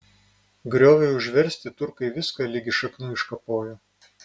grioviui užversti turkai viską ligi šaknų iškapojo